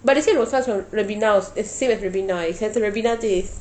but they say roselle is from ribena is same as ribena it has the ribena taste